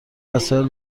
وسایل